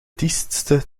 diestse